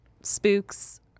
spooks